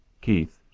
Keith